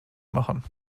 machen